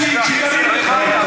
שם לא אכפת לך.